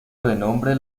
renombre